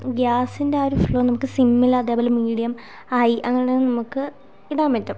ഗ്യാസിൻ്റെ ആ ഒരു ഫ്ളോ നമുക്ക് സിമ്മിൽ അതേപോലെ മീഡിയം ഹൈ അങ്ങനെ നമുക്ക് ഇടാൻ പറ്റും